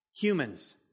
humans